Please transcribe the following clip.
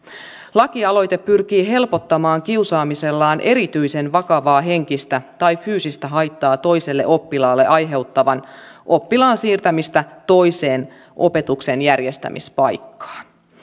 lakialoite pyrkii helpottamaan kiusaamisellaan erityisen vakavaa henkistä tai fyysistä haittaa toiselle oppilaalle aiheuttavan oppilaan siirtämistä toiseen opetuksen järjestämispaikkaan